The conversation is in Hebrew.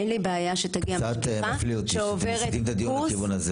אין לי בעיה שתגיע משגיחה שעוברת קורס,